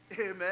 Amen